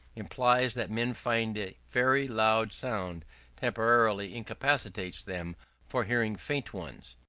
implies that men find a very loud sound temporarily incapacitates them for hearing faint ones.